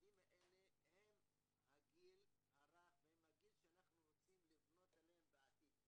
הילדים האלה הם הגיל הרך והם הגיל שאנחנו רוצים לבנות עליהם בעתיד.